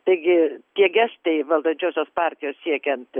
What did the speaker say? taigi tie gestai valdančiosios partijos siekiant